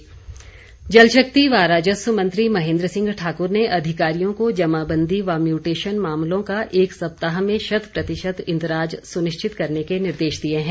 महेन्द्र सिंह जल शक्ति व राजस्व मंत्री महेन्द्र सिंह ठाकुर ने अधिकारियों को जमाबंदी म्यूटेशन मामलों का एक सप्ताह में शत प्रतिशत इन्दराज सुनिश्चित करने के निर्देश दिए हैं